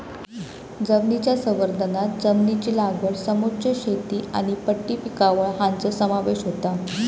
जमनीच्या संवर्धनांत जमनीची लागवड समोच्च शेती आनी पट्टी पिकावळ हांचो समावेश होता